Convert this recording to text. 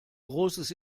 großes